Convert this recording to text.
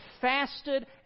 fasted